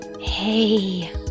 Hey